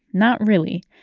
not really.